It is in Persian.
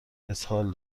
اسهال